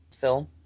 film